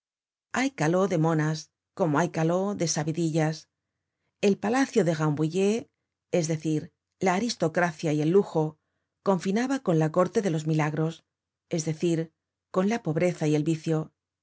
hay caló de monas como hay caló de sabidillas el palacio de rambouillet es decir la aristocracia y el lujo confinaba con la corte de los milagros es decir con la pobreza y el vicio